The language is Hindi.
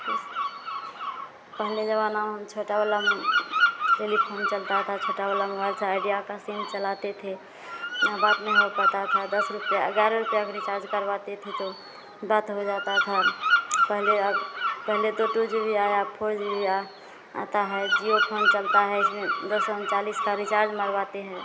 कुछ पहले ज़माना में हम छोटा वाला टेलीफोन चलता था छोटा वाला मोबाइल से आइडिया की सिम चलाते थे ना बात नहीं हो पाता था दस रुपये ग्यारह रुपये का रिचार्ज करवाते थे तो बात हो जाता था पहले अब पहले तो टू जी भी आया अब फोर जी बी आता है जिओ फोन चलता है इसमें दौ सौ ऊंचालीस का रिचार्ज मरवाते हैं